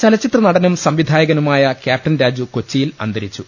ചലച്ചിത്ര നടനും സംവിധായകനുമായ ക്യാപ്റ്റൻ രാജു കൊച്ചിയിൽ അന്തരിച്ചു